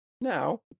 now